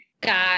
got